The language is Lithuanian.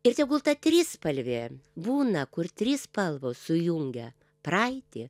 ir tegul ta trispalvė būna kur trys spalvos sujungia praeitį